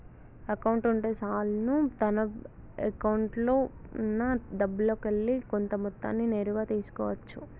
account ఉంటే చాలును తన అకౌంట్లో ఉన్నా డబ్బుల్లోకెల్లి కొంత మొత్తాన్ని నేరుగా తీసుకో అచ్చు